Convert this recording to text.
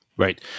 Right